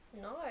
no